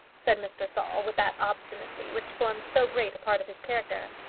said mr. saul, with that obstinacy which formed so great a part of his character.